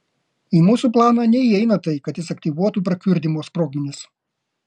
į mūsų planą neįeina tai kad jis aktyvuotų prakiurdymo sprogmenis